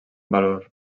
valor